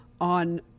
On